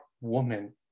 woman